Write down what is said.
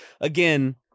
Again